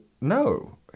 no